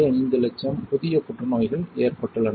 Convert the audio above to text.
5 லட்சம் புதிய புற்றுநோய்கள் ஏற்பட்டுள்ளன